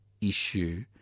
issue